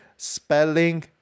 Spelling